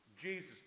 Jesus